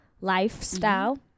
lifestyle